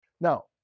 Now